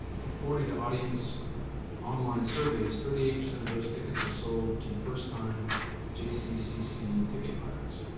and according to audience online surveys, thirty eight percent of those tickets were sold to first time jccc ticket buyers.